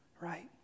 Right